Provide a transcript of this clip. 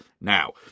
Now